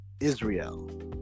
Israel